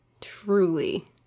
truly